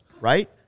right